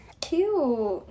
Cute